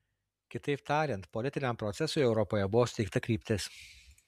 kitaip tariant politiniam procesui europoje buvo suteikta kryptis